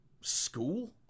school